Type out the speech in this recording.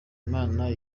imana